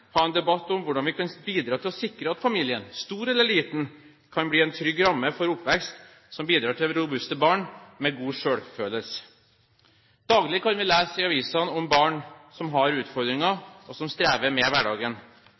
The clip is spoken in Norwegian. ha en debatt om hvordan vi kan bidra til å sikre at familien, stor eller liten, kan bli en trygg ramme for oppvekst, som bidrar til robuste barn med god selvfølelse. Daglig kan vi lese i avisene om barn som har utfordringer, og som strever med hverdagen.